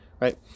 right